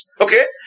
Okay